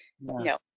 No